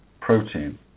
protein